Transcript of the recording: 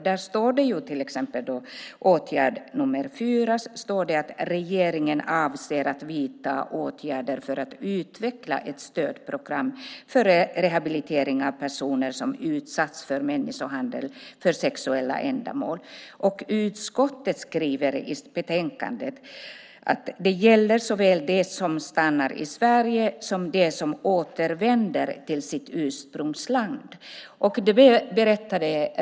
Det står till exempel som åtgärd nr 4 att regeringen avser att vidta åtgärder för att utveckla ett stödprogram för rehabilitering av personer som utsatts för människohandel för sexuella ändamål. Utskottet skriver i betänkandet att det gäller såväl de som stannar i Sverige som de som återvänder till sitt ursprungsland.